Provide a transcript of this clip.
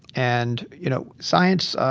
and, you know, science